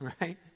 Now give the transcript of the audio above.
right